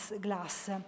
Glass